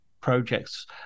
projects